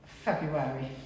February